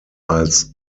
als